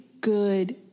good